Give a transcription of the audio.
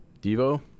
Devo